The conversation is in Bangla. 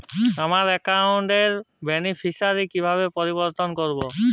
আমার অ্যাকাউন্ট র বেনিফিসিয়ারি কিভাবে পরিবর্তন করবো?